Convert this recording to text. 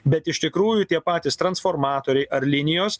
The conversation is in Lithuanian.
bet iš tikrųjų tie patys transformatoriai ar linijos